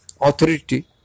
authority